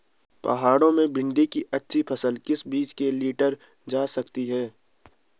पहाड़ों में भिन्डी की अच्छी फसल किस बीज से लीटर जा सकती है?